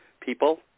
people